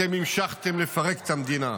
אתם המשכתם לפרק את המדינה.